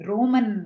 Roman